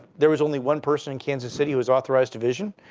there was only one person in kansas city who was authorized to vision.